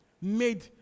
made